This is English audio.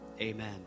Amen